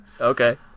Okay